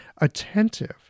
attentive